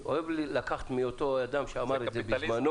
אני אוהב לקחת את זה מאותו אדם שאמר את זה בזמנו.